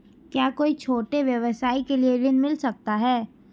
क्या कोई छोटे व्यवसाय के लिए ऋण मिल सकता है?